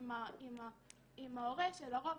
לרוב